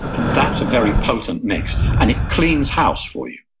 and that's a very potent mix and it cleans house for you.